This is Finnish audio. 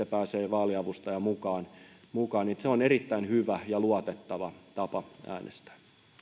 pääsee vaaliavustaja mukaan mukaan on erittäin hyvä ja luotettava tapa äänestää